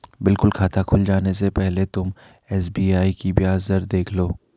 बिल्कुल खाता खुल जाने से पहले तुम एस.बी.आई की ब्याज दर देख लेना